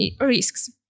risks